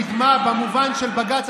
קדמה במובן של בג"ץ,